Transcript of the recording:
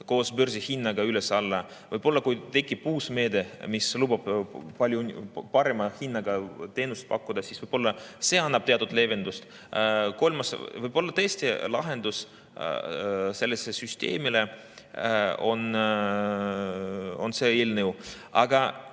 koos börsihinnaga üles-alla. Võib-olla kui tekib uus meede, mis lubab palju parema hinnaga teenust pakkuda, annab see teatud leevendust. Võib-olla tõesti lahendus sellele süsteemile on see eelnõu. Aga